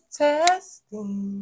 testing